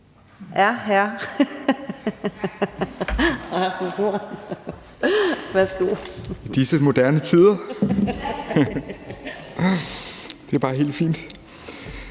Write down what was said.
Sådan er det i disse moderne tider – det er bare helt fint.